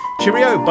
cheerio